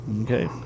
Okay